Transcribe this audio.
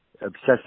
obsessive